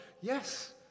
yes